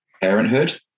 Parenthood